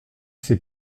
c’est